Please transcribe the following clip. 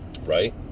Right